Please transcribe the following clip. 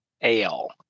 ale